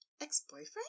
ex-boyfriend